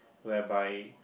whereby